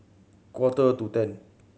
quarter to ten